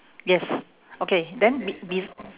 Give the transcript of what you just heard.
yes okay then be~ bes~